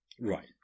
Right